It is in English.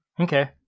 Okay